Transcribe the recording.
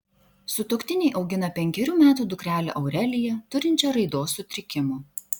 sutuoktiniai augina penkerių metų dukrelę aureliją turinčią raidos sutrikimų